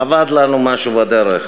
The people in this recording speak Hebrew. אבד לנו משהו בדרך,